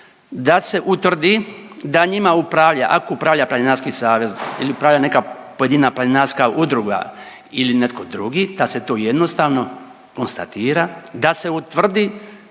da se utvrdi da njima upravlja ako upravlja Planinarski savez ili upravlja neka pojedina planinarska udruga ili netko drugi da se to jednostavno konstatira, da se utvrdi